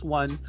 one